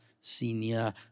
senior